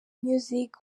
music